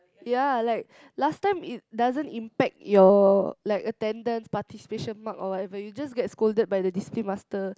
ya like last time it doesn't impact your like attendance participation mark or whatever you just get scolded by the discipline master